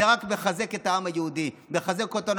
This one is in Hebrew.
זה רק מחזק את העם היהודי, מחזק אותנו.